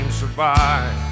survive